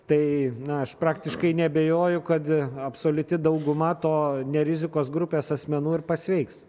tai na aš praktiškai neabejoju kad absoliuti dauguma to ne rizikos grupės asmenų ir pasveiks